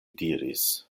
diris